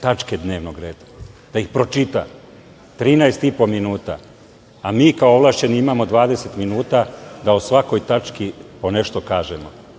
tačke dnevnog reda, da ih pročita, 13,5 minuta, a mi kao ovlašćeni imamo 20 minuta da o svakoj tački po nešto kažemo.